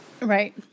Right